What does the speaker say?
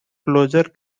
closer